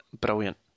brilliant